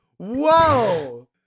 Whoa